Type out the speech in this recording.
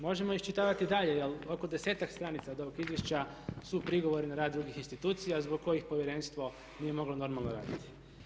Možemo iščitavati dalje, jer oko desetak stranica od ovog izvješća su prigovori na rad drugih institucija zbog kojih Povjerenstvo nije moglo normalno raditi.